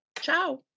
ciao